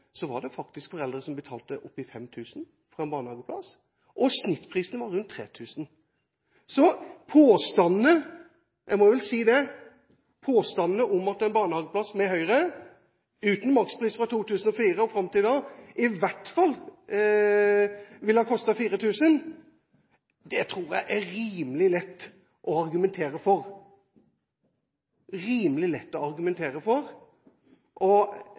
Så påstanden om at en barnehageplass med Høyre, uten makspris fra 2004 og med prisstigningen fram til i dag, i hvert fall ville ha kostet 4 000 kr, det tror jeg det er rimelig lett å argumentere for. Jeg vil gjerne utfordre Høyre til å dokumentere at en barnehageplass med deres politikk, som er mot makspris, og